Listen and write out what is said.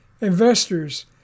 Investors